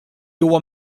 huwa